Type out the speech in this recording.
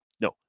no